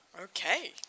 Okay